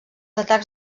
atacs